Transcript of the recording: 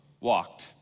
walked